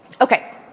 Okay